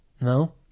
No